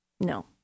No